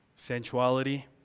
Sensuality